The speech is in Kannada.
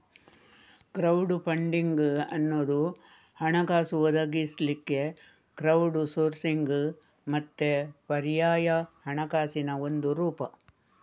ಕ್ರೌಡ್ ಫಂಡಿಂಗ್ ಅನ್ನುದು ಹಣಕಾಸು ಒದಗಿಸ್ಲಿಕ್ಕೆ ಕ್ರೌಡ್ ಸೋರ್ಸಿಂಗ್ ಮತ್ತೆ ಪರ್ಯಾಯ ಹಣಕಾಸಿನ ಒಂದು ರೂಪ